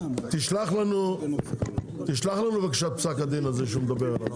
תשלח לנו בבקשה את פסק הדין הזה שהוא מדבר עליו,